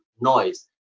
noise